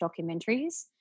documentaries